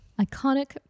iconic